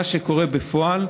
מה שקורה בפועל,